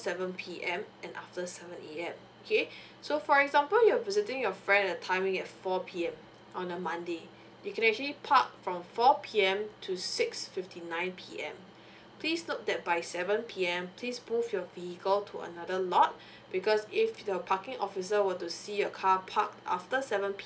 seven P_M and after seven A_M okay so for example you're visiting your friend at the timing at four P_M on a monday you can actually park from four P_M to six fifty nine P_M please note that by seven P_M please move your vehicle to another lot because if the parking officer were to see a car park after seven P_M